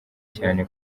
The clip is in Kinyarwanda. cyane